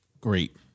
great